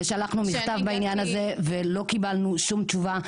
ושלחנו מכתב בעניין הזה, ולא קיבלנו שום תשובה.